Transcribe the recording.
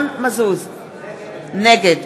נגד